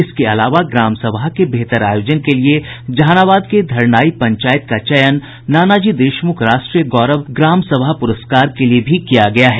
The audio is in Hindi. इसके अलावा ग्राम सभा के बेहतर आयोजन के लिए जहानाबाद के धरनाई पंचायत का चयन नानाजी देशमुख राष्ट्रीय गौरव ग्राम सभा पुरस्कार के लिए भी किया गया है